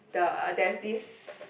the there is this